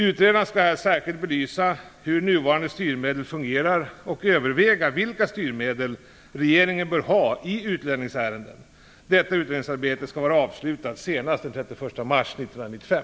Utredaren skall här särskilt belysa hur nuvarande styrmedel fungerar och överväga vilka styrmedel regeringen bör ha i utlänningsärenden. Detta utredningsarbete skall vara avslutat senast den 31 mars 1995.